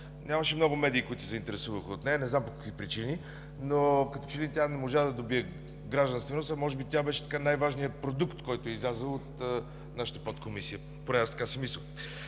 нямаше много медии, които да се заинтересуват от нея – не знам по какви причини, но като че ли тя не можа да добие гражданственост, а може би тя беше най-важният продукт, който е излязъл от нашата Подкомисия. Поне аз така си мисля.